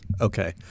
Okay